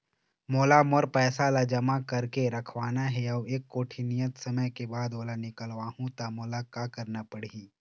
मोला मोर पैसा ला जमा करके रखवाना हे अऊ एक कोठी नियत समय के बाद ओला निकलवा हु ता मोला का करना पड़ही?